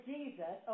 Jesus